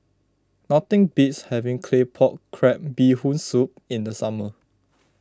nothing beats having Claypot Crab Bee Hoon Soup in the summer